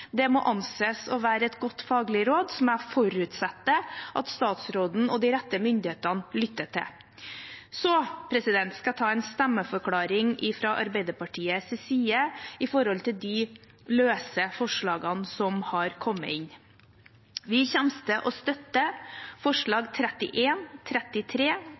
Det må anses å være et godt faglig råd, som jeg forutsetter at statsråden og de rette myndighetene lytter til. Så skal jeg ta en stemmeforklaring fra Arbeiderpartiets side når det gjelder de løse forslagene som har kommet inn. Vi kommer til å støtte forslagene nr. 31, 33,